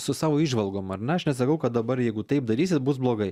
su savo įžvalgom ar ne aš nesakau kad dabar jeigu taip darysit bus blogai